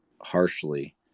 harshly